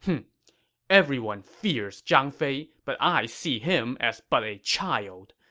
everyone fears zhang fei, but i see him as but a child.